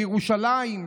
בירושלים.